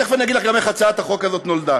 תכף אני אגיד לך גם איך הצעת החוק הזאת נולדה.